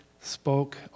spoke